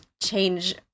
change